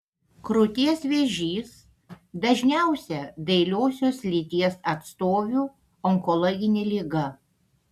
krūties vėžys dažniausia dailiosios lyties atstovių onkologinė liga